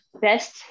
best